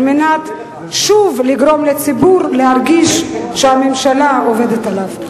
על מנת לגרום שוב לציבור להרגיש שהממשלה עובדת עליו.